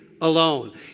Alone